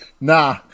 Nah